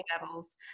levels